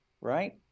Right